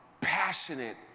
passionate